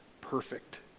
Perfect